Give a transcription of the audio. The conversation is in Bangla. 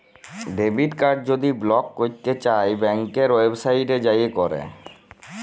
ডেবিট কাড় যদি ব্লক ক্যইরতে চাই ব্যাংকের ওয়েবসাইটে যাঁয়ে ক্যরে